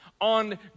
on